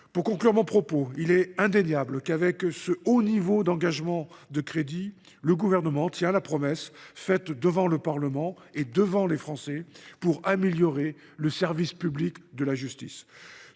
du quinquennat. Il est indéniable qu’avec ce haut niveau d’engagement de crédits le Gouvernement tient la promesse qu’il a faite devant le Parlement et devant les Français d’améliorer le service public de la justice.